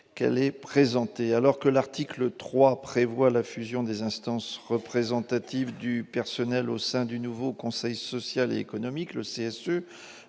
Alors que l'article 3 prévoit la fusion des instances représentatives du personnel au sein du nouveau conseil social et économique, le CSE,